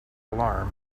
alarm